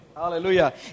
Hallelujah